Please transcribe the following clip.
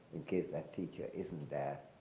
in case that teacher isn't there,